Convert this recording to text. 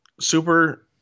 super